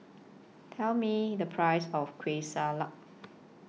Tell Me The Price of Kueh Salat